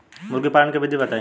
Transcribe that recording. मुर्गीपालन के विधी बताई?